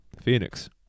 Phoenix